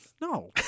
No